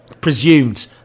presumed